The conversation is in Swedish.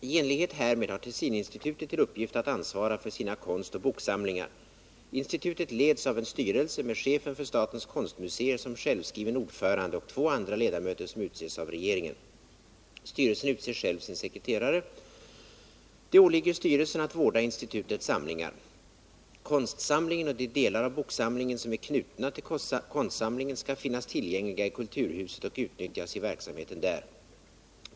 I enlighet härmed har Tessininstitutet till uppgift att ansvara för sina konstoch boksamlingar. Institutet leds av en styrelse med chefen för statens konstmuseer som självskriven ordförande och två andra ledamöter, som utses av regeringen. Styrelsen utser själv sin sekreterare. Det åligger styrelsen att vårda institutets samlingar. Konstsamlingen och de delar av boksamlingen som är knutna till konstsamlingen skall finnas tillgängliga i kulturhuset och utnyttjas i verksamheten där.